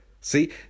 See